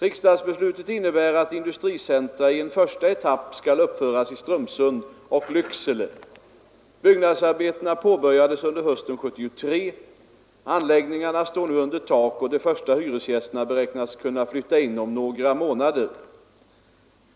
Riksdagsbesluten innebär att industricentra i en första etapp skall uppföras i Strömsund och Lycksele. Byggnadsarbetena påbörjades under hösten 1973. Anläggningarna står nu under tak och de första hyresgästerna beräknas kunna flytta in om några månader.